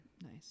nice